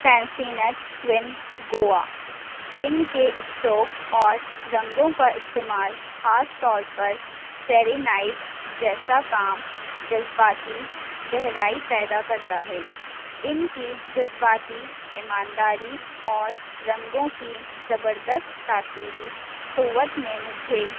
fancy نٹ van Gogh ان کے stroke اور رنگوں کا استعمال خاص طور پر اسٹرینائٹ جیسا کام جذباتی گہرائی پیدا کرتا ہے ان کی جذباتی ایمانداری اور رنگوں کی زبردست تاثری قوت نے مجھے